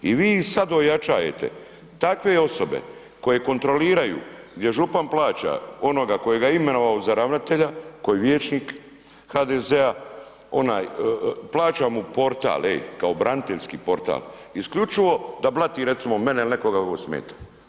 I vi ih sada ojačavate, takve osobe koje kontroliraju gdje župan plaća onoga kojega ga je imenovao za ravnatelja, koji je vijećnik HDZ-a, onaj, plaća mu portal, ej, kao braniteljski portal isključivo da blati recimo mene ili nekoga tko mu smeta.